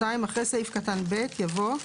(2) אחרי סעיף קטן (ב) יבוא: